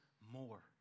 more